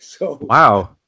Wow